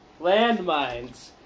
Landmines